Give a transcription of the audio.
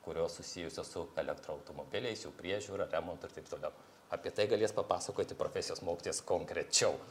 kurios susijusios su elektro automobiliais jų priežiūra remontu ir taip toliau apie tai galės papasakoti profesijos mokytojas konkrečiau